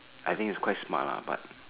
I think is quite smart lah but